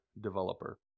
developer